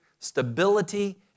Stability